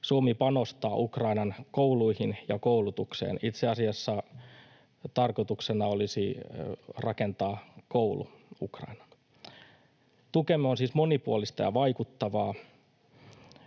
Suomi panostaa Ukrainan kouluihin ja koulutukseen — itse asiassa tarkoituksena olisi rakentaa koulu Ukrainaan. Tukemme on siis monipuolista ja vaikuttavaa.